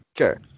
Okay